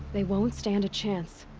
they won't stand a chance.